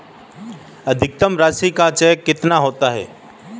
अधिकतम राशि का चेक कितना होता है?